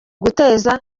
guteza